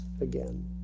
again